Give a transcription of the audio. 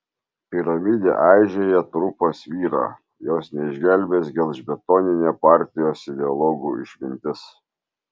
piramidė aižėja trupa svyra jos neišgelbės gelžbetoninė partijos ideologų išmintis